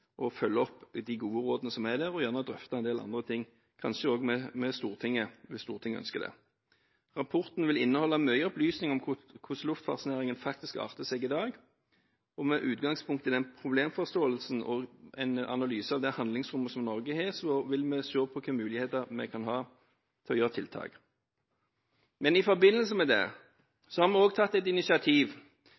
følge opp de gode rådene som er der, og gjerne drøfte en del andre ting, kanskje også med Stortinget hvis Stortinget ønsker det. Rapporten vil inneholde mange opplysninger om hvordan luftfartsnæringen faktisk arter seg i dag, og med utgangspunkt i den problemforståelsen og en analyse av det handlingsrommet som Norge har, vil vi se på hvilke muligheter vi kan ha til å sette inn tiltak. I forbindelse med det har vi også tatt et initiativ